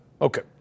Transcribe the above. Okay